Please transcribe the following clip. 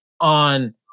on